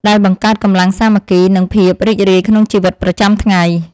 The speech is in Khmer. ដែលបង្កើតកម្លាំងសាមគ្គី និងភាពរីករាយក្នុងជីវិតប្រចាំថ្ងៃ។